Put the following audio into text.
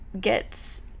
get